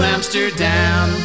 Amsterdam